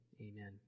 Amen